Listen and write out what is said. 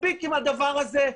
מספיק עם הדבר הזה,